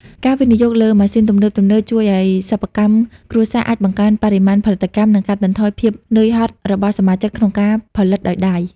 ការវិនិយោគលើម៉ាស៊ីនទំនើបៗជួយឱ្យសិប្បកម្មគ្រួសារអាចបង្កើនបរិមាណផលិតកម្ម និងកាត់បន្ថយភាពហត់នឿយរបស់សមាជិកក្នុងការផលិតដោយដៃ។